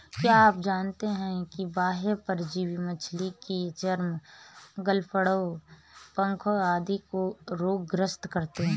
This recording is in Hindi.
क्या आप जानते है बाह्य परजीवी मछली के चर्म, गलफड़ों, पंखों आदि को रोग ग्रस्त करते हैं?